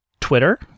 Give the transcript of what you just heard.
Twitter